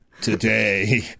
Today